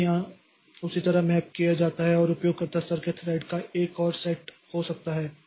तो उन्हें यहां उसी तरह मैप किया जाता है जो उपयोगकर्ता स्तर के थ्रेड का एक और सेट हो सकता है